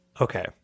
Okay